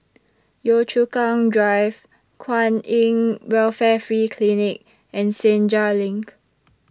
Yio Chu Kang Drive Kwan in Welfare Free Clinic and Senja LINK